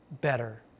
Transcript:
better